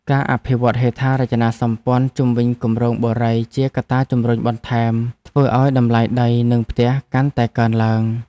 ការអភិវឌ្ឍហេដ្ឋារចនាសម្ព័ន្ធជុំវិញគម្រោងបុរីជាកត្តាជម្រុញបន្ថែមធ្វើឱ្យតម្លៃដីនិងផ្ទះកាន់តែកើនឡើង។